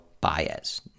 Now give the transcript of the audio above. Baez